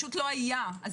את